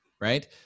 right